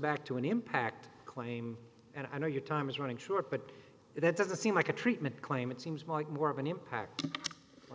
back to an impact claim and i know your time is running short but it doesn't seem like a treatment claim it seems more like more of an impact